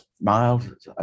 Mild